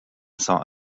saw